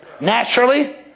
Naturally